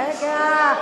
רגע.